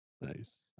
Nice